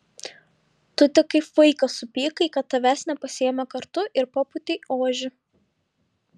tu tik kaip vaikas supykai kad tavęs nepasiėmė kartu ir papūtei ožį